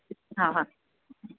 हा हा